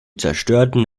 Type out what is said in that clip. zerstörten